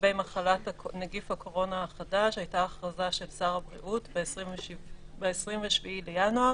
לגבי מחלת נגיף הקורונה החדש הייתה הכרזה של שר הבריאות ב-27 בינואר,